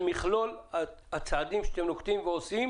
במכלול הצעדים שאתם נוקטים ועושים